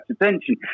attention